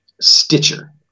Stitcher